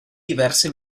diverse